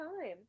time